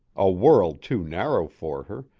a world too narrow for her,